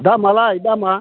दामालाय दामा